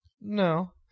No